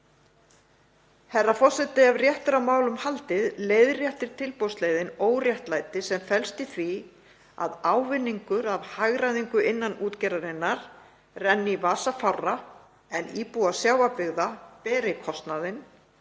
Herra forseti. Ef rétt er á málum haldið leiðréttir tilboðsleiðin óréttlætið sem felst í því að ávinningur af hagræðingu innan útgerðarinnar renni í vasa fárra en íbúar sjávarbyggða beri kostnaðinn.